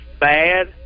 bad